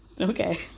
Okay